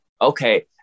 Okay